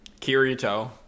Kirito